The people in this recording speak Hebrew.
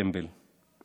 הטמבל.//